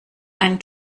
einen